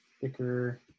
thicker